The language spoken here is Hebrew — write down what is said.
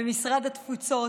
במשרד התפוצות,